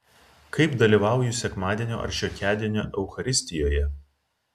kaip dalyvauju sekmadienio ar šiokiadienio eucharistijoje